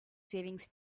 savings